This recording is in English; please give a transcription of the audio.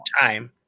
Time